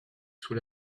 sous